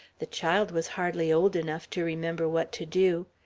the child was hardly old enough to remember what to do.